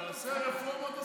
כהנא, תעשה רפורמת זקנים.